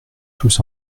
tous